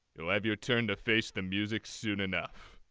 you'll have your turn to face the music soon enough.